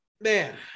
Man